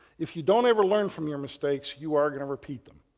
if you don't ever learn from your mistakes you are going to repeat them.